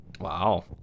wow